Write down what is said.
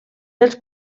dels